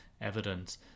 evidence